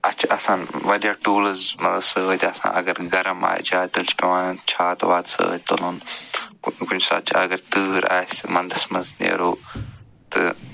اَسہِ چھِ آسان واریاہ ٹوٗلٕز مطلب سۭتۍ آسان اگر گرم آسہِ زیادٕ تیٚلہِ چھِ پٮ۪وان چھاتہٕ واتہٕ سۭتۍ تُلُن کُہ کُنہِ ساتہٕ چھِ اگر تۭر آسہِ وَنٛدَس منٛز نیرو تہٕ